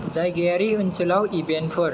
जायगायारि ओनसोलाव इभेन्टफोर